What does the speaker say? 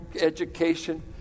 education